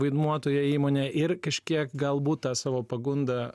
vaidmuo toje įmonėj ir kažkiek galbūt tą savo pagundą